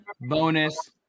bonus